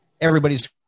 Everybody's